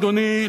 אדוני,